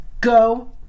Go